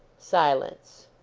silence.